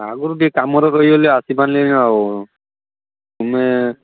ଆଗରୁ ଟିକିଏ କାମରେ ରହିଗଲି ଆସି ପାରିଲିନି ଆଉ ତୁମେ